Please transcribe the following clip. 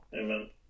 Amen